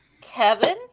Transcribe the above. Kevin